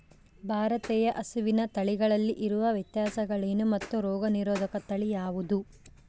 ಭಾರತೇಯ ಹಸುವಿನ ತಳಿಗಳಲ್ಲಿ ಇರುವ ವ್ಯತ್ಯಾಸಗಳೇನು ಮತ್ತು ರೋಗನಿರೋಧಕ ತಳಿ ಯಾವುದು?